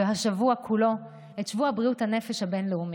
ובשבוע כולו נציין את שבוע בריאות הנפש הבין-לאומי,